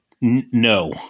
no